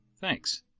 Thanks